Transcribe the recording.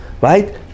right